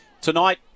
Tonight